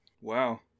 Wow